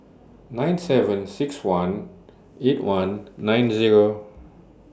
nine seven six one eight one nine Zero